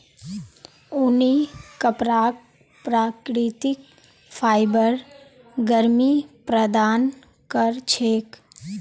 ऊनी कपराक प्राकृतिक फाइबर गर्मी प्रदान कर छेक